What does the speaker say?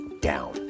down